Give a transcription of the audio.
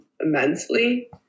immensely